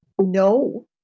No